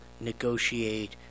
negotiate